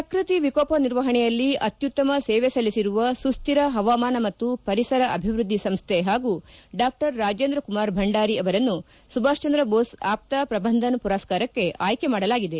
ಪ್ರಕೃತಿ ವಿಕೋಪ ನಿರ್ವಹಣೆಯಲ್ಲಿ ಅತ್ಯುತ್ತಮ ಸೇವೆ ಸಲ್ಲಿಸಿರುವ ಸುಸ್ವಿರ ಹವಾಮಾನ ಮತ್ತು ಪರಿಸರ ಅಭಿವೃದ್ದಿ ಸಂಸ್ಟೆ ಹಾಗೂ ಡಾ ರಾಜೇಂದ್ರ ಕುಮಾರ್ ಭಂಡಾರಿ ಅವರನ್ನು ಸುಭಾಷ್ ಚಂದ್ರ ಬೋಸ್ ಆಪ್ದಾ ಪ್ರಬಂಧನ್ ಮರಸ್ಕಾರಕ್ಕೆ ಆಯ್ಕೆ ಮಾಡಲಾಗಿದೆ